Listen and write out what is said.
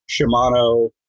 Shimano